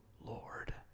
Lord